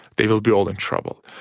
they will be all in trouble,